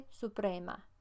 Suprema